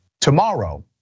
Tomorrow